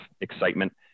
excitement